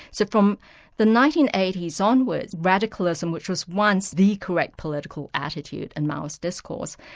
so from the nineteen eighty s onwards, radicalism, which was once the correct political attitude in mao's discourse,